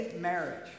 marriage